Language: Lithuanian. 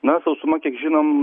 na sausuma kiek žinom